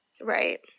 right